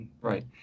Right